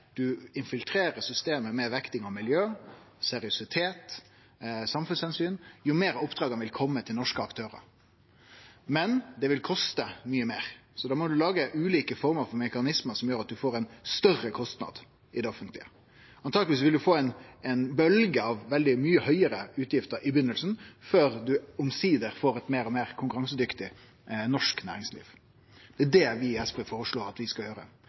infiltrerer systemet med vekting av miljø, seriøsitet og samfunnsomsyn, jo meir av oppdraga vil kome til norske aktørar. Men det vil koste mykje meir. Så da må ein lage ulike former for mekanismar som gjer at ein tar ein større kostnad i det offentlege. Antakeleg vil ein få ei bølgje av veldig mykje høgare utgifter i byrjinga, før ein omsider får eit meir og meir konkurransedyktig norsk næringsliv. Det er det vi i SV føreslår at vi skal gjere,